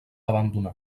abandonar